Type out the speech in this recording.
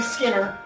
Skinner